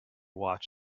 watch